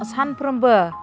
सानफ्रोमबो